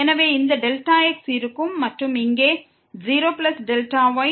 எனவே இந்த Δx இருக்கும் மற்றும் இங்கே 0 Δy